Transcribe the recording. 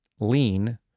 lean